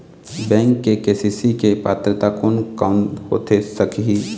Bank से KCC के पात्रता कोन कौन होथे सकही?